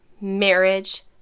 marriage